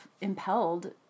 impelled